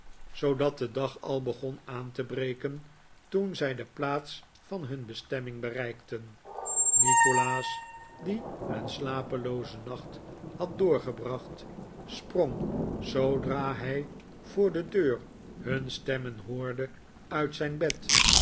zoodat de dag al begon aan te breken toen zij de plaats van hun bestemming bereikfen nikolaas die een slapeloozen nacht had doorgebracht sprong zoodra hij voor de deur hun stemmen hoorde uit zijn bed